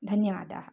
धन्यवादाः